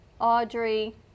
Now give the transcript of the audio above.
Audrey